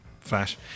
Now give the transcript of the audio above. Flash